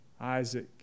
Isaac